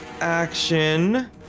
action